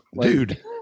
dude